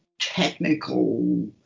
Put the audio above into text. technical